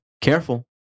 Careful